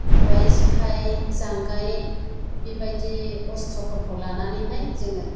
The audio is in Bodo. खबाइ जेखाइ जांगाय बेबायदि अथ्र'फोरखौ लानानैहाय जोङो